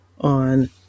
on